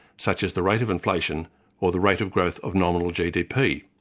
such as the rate of inflation or the rate of growth of nominal gdp.